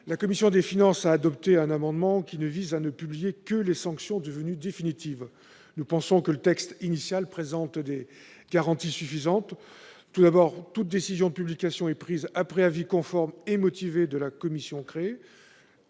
La commission des finances a adopté un amendement visant à ne publier que les sanctions devenues définitives. Nous pensons que le texte initial présente des garanties suffisantes. D'abord, toute décision de publication est prise après avis conforme et motivé de la commission créée.